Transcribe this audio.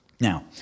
Now